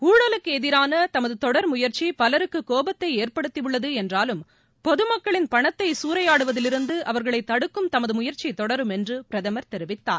ஊழக்கு எதிரான தமது தொடர் முயற்சி பலருக்கு கோபத்தை ஏற்படுத்தியுள்ளது என்றாலும் பொதுமக்களின் பணத்தை சூறையாடுவதிலிருந்து அவர்களை தடுக்கும் தமது முயற்சி தொடரும் என்று பிரதமர் தெரிவித்தார்